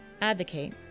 advocate